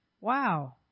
Wow